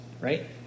right